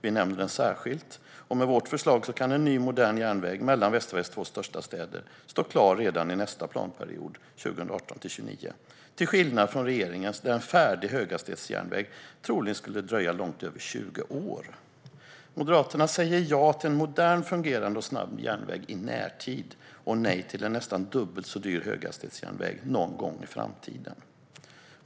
Vi nämner den särskilt, och med vårt förslag kan en ny, modern järnväg mellan Västsveriges två största städer stå klar redan under nästa planperiod, 2018-2029, till skillnad från regeringens, där en färdig höghastighetsjärnväg troligen skulle dröja långt över 20 år. Moderaterna säger ja till en modern, fungerande och snabb järnväg i närtid och nej till en nästan dubbelt så dyr höghastighetsjärnväg någon gång i framtiden.